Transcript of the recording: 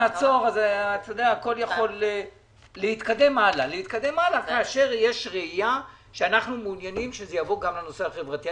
צריך להתקדם הלאה כאשר יש ראייה שאנחנו רוצים שזה יעבור לנושא החברתי.